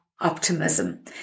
optimism